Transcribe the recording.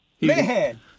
man